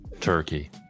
Turkey